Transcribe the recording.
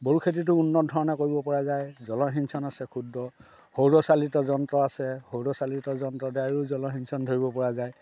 বড়ো খেতিটো উন্নত ধৰণে কৰিব পৰা যায় জলসিঞ্চন আছে ক্ষুদ্ৰ সৌৰচালিত যন্ত্ৰ আছে সৌৰচালিত যন্ত্ৰৰ দ্বাৰাও জলসিঞ্চন কৰিব পৰা যায়